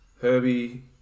Herbie